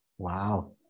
Wow